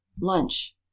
lunch